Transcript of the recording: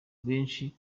benshi